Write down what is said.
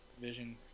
Vision